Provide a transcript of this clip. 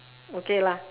okay lah